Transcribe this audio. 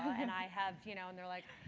and i have, you know and they're like.